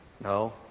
No